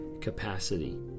capacity